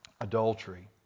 adultery